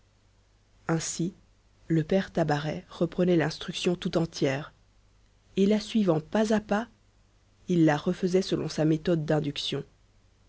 ainsi le père tabaret reprenait l'instruction tout entière et la suivant pas à pas il la refaisait selon sa méthode d'induction